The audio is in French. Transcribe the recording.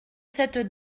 cette